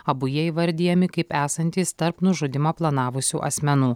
abu jie įvardijami kaip esantys tarp nužudymą planavusių asmenų